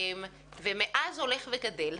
המפורסמת, ומאז הולך וגדל.